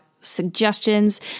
suggestions